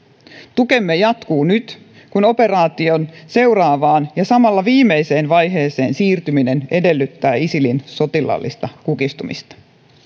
tukemme jatkuu nyt kun operaation seuraavaan ja samalla viimeiseen vaiheeseen siirtyminen edellyttää isilin sotilaallista kukistumista